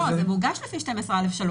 זה מוגש לפי 12(א)(3),